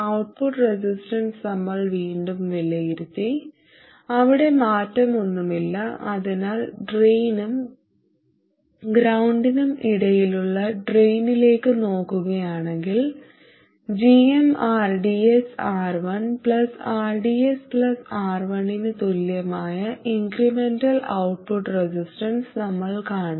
output resistance നമ്മൾ വീണ്ടും വിലയിരുത്തി അവിടെ മാറ്റമൊന്നുമില്ല അതിനാൽ ഡ്രെയിനിനും ഗ്രൌണ്ടിനും ഇടയിലുള്ള ഡ്രെയിനിലേക്ക് നോക്കുകയാണെങ്കിൽ gmrdsR1rdsR1 ന് തുല്യമായ ഇൻക്രെമെന്റൽ ഔട്ട്പുട്ട് റെസിസ്റ്റൻസ് നമ്മൾ കാണും